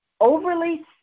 overly